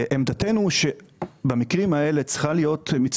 עמדתנו היא שבמקרים האלה צריכה להיות פתיחות,